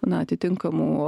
na atitinkamų